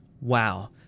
Wow